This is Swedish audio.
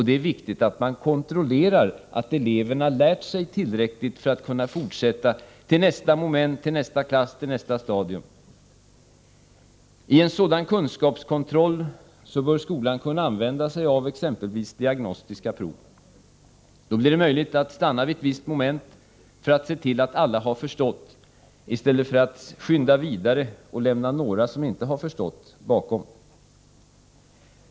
Det är viktigt att man kontrollerar att eleverna lärt sig tillräckligt för att kunna fortsätta till nästa moment, nästa klass eller nästa stadium. I en sådan kunskapskontroll bör skolan kunna använda sig av exempelvis diagnostiska prov. Då blir det möjligt att stanna vid ett visst moment för att se till att alla har förstått, i stället för att skynda vidare och lämna några som inte har förstått bakom.